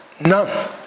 None